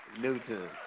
Newton